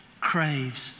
craves